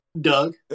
Doug